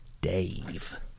Dave